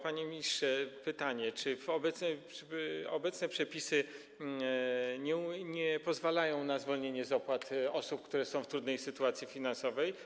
Panie ministrze, pytanie: Czy obecne przepisy nie pozwalają na zwolnienie z opłat osób, które są w trudniej sytuacji finansowej?